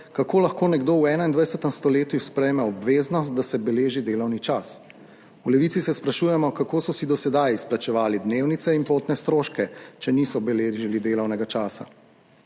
kako lahko nekdo v 21. stoletju sprejme obveznost, da se beleži delovni čas. V Levici se sprašujemo, kako so si do sedaj izplačevali dnevnice in potne stroške, če niso beležili delovnega časa.